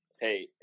Hey